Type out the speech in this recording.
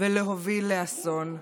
ולהוביל לאסון?